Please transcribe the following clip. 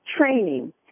training